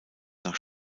nach